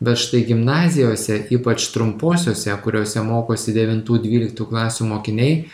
bet štai gimnazijose ypač trumposiose kuriose mokosi devintų dvyliktų klasių mokiniai